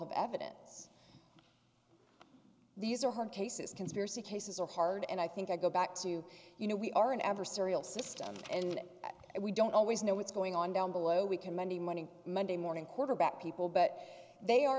of evidence these are hard cases conspiracy cases are hard and i think i go back to you know we are an adversarial system and we don't always know what's going on down below we can monday morning monday morning quarterback people but they are